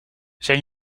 zijn